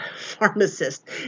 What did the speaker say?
pharmacist